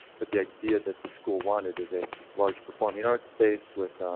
but the idea that the school wanted is a large performing arts space with